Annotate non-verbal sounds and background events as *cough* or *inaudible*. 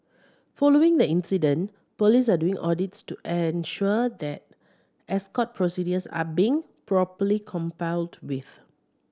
following the incident police are doing audits to ensure that escort procedures are being properly *unintelligible* with